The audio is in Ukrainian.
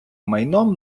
майном